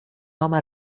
home